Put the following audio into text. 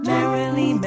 Merrily